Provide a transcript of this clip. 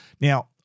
Now